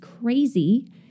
crazy